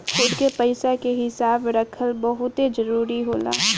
खुद के पइसा के हिसाब रखल बहुते जरूरी होला